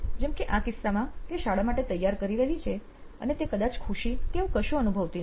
જેમ કે આ કિસ્સામાં તે શાળા માટે તૈયાર કરી રહી છે અને તે કદાચ ખુશી કે એવું કશું અનુભવતી નથી